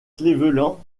cleveland